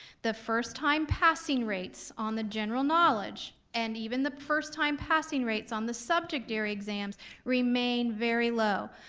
the first time passing rates on the general knowledge, and even the first time passing rates on the subject area exams remain very low.